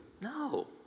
No